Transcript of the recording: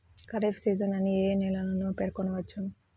Kharif season అని ఏ ఏ నెలలను పేర్కొనవచ్చు?